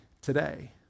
today